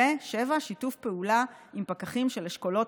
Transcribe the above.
7. שיתוף פעולה עם פקחים של אשכולות,